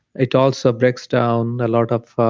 it also breaks down a lot of